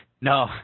No